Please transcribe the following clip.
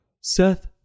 Seth